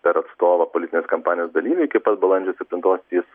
dar atstovą politinės kampanijos dalyviai iki pat balandžio septintos jis